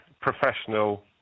professional